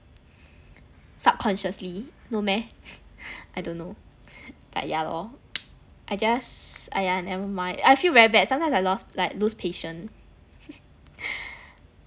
subconsciously no meh I don't know but yeah lor I guess !aiya! never mind I feel very bad sometimes I lost like lose patience